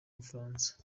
bufaransa